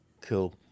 cool